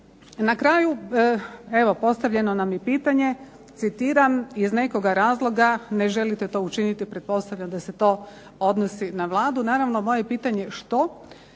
Na kraju evo postavljeno nam i pitanje citiram iz nekoga razloga ne želite to učiniti, pretpostavljam da se to odnosi na Vladu. Naravno moje je pitanje što